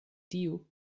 tiu